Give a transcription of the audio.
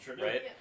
right